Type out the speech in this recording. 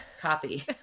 copy